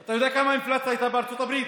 אתה יודע כמה האינפלציה הייתה בארצות הברית?